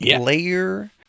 layer